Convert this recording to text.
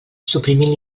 suprimint